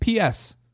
PS